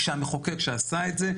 כשהמחוקק שעשה את זה,